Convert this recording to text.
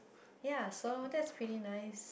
ya so that is pretty nice